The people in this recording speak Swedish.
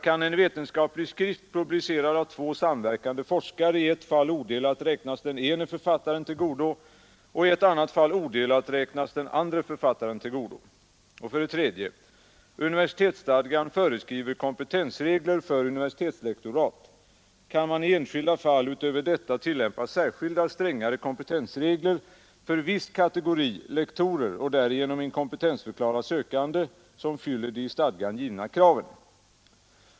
Kan en vetenskaplig skrift, publicerad av två samverkande forskare, i ett fall odelat räknas den ene författaren till godo och i ett annat fall odelat räknas den andre författaren till godo? 3. Universitetsstadgan föreskriver kompetensregler för universitetslektorat. Kan man i enskilda fall utöver detta tillämpa särskilda, strängare kompetensregler för viss kategori lektorer och därigenom inkompetensförklara sökande, som fyller de i stadgan givna kraven?